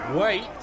Wait